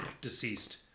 Deceased